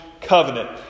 covenant